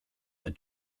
are